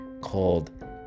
called